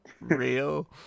real